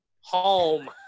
home